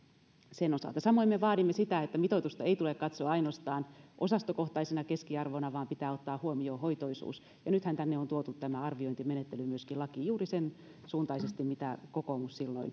sen osalta samoin me vaadimme sitä että mitoitusta ei tule katsoa ainoastaan osastokohtaisena keskiarvona vaan pitää ottaa huomioon hoitoisuus ja nythän tänne on myöskin tuotu tämä arviointimenettely lakiin juuri sen suuntaisesti mitä kokoomus silloin